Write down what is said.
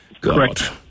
Correct